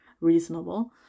reasonable